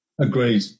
Agreed